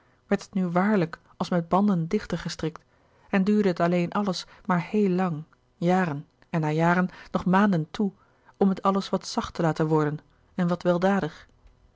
werd het nu waarlijk als met banden dichter gestrikt en duurde het alleen alles maar heel lang jaren en na jaren nog maanden toe om het alles wat zacht te laten worden en wat